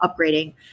upgrading